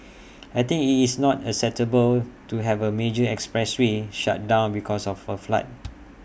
I think IT is not acceptable to have A major expressway shut down because of A flood